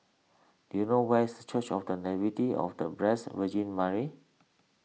do you know where is Church of the Nativity of the Blessed Virgin Mary